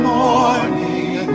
morning